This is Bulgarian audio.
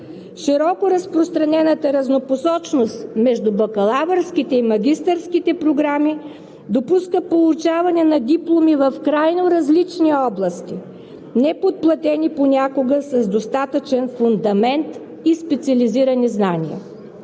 Широко разпространената разнопосочност между бакалавърските и магистърските програми допуска получаване на дипломи в крайно различни области, неподплатени понякога с достатъчен фундамент и специализирани знания.